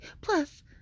Plus